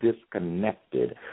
disconnected